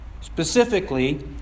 specifically